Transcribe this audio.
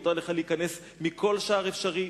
מותר לך להיכנס מכל שער אפשרי,